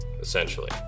essentially